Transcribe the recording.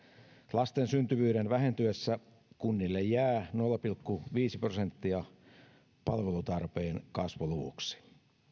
lasten syntyvyyden vähentyessä kunnille jää nolla pilkku viisi prosenttia palvelutarpeen kasvuluvuksi